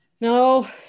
No